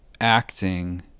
acting